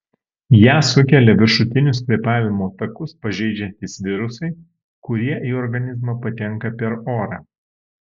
ją sukelia viršutinius kvėpavimo takus pažeidžiantys virusai kurie į organizmą patenka per orą